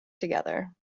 together